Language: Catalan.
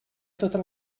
totes